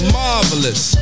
marvelous